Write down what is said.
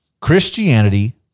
Christianity